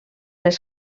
les